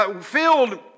filled